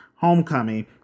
homecoming